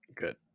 Good